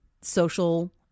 social